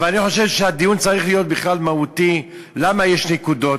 אבל אני חושב שהדיון צריך להיות בכלל מהותי: למה יש נקודות?